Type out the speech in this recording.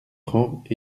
francs